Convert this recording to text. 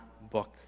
book